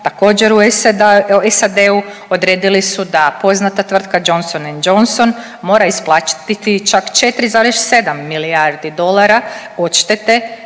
također SAD-u odredili su da poznata tvrtka Johnson&Johnson mora isplatiti čak 4,7 milijardi dolara odštete